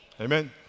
Amen